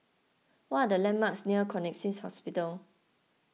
what are the landmarks near Connexions Hospital